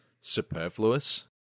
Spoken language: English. superfluous